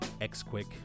X-Quick